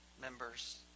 members